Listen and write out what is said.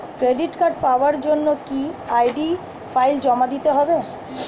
Credit card পাওয়ার জন্য কি আই.ডি ফাইল জমা দিতে হবে?